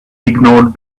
ignored